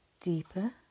deeper